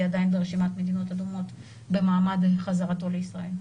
עדיין ברשימת מדינות אדומות עת הוא חוזר לישראל.